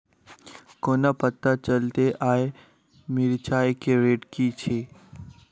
कोना पत्ता चलतै आय मिर्चाय केँ रेट की छै?